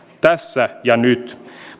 tässä ja nyt